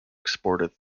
exported